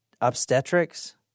Obstetrics